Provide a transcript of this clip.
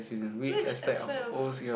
which aspect of